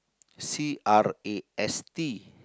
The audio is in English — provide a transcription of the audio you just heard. C R A S T